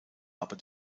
aber